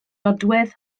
nodwedd